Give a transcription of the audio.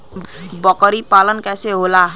बकरी पालन कैसे होला?